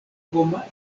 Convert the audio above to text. homa